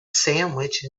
sandwich